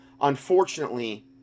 unfortunately